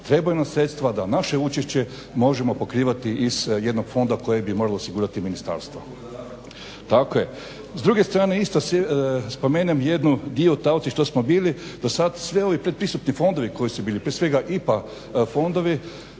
Trebaju nam sredstva da naše učešće možemo pokrivati i iz jednog fonda koje bi moralo osigurati ministarstvo. …/Upadica sa strane, ne čuje se./… Tako je. S druge strane isto spomenem jednu dio taoci što smo bili do sad svi ovi pretpristupni fondovi koji su bili prije svega IPA fondovi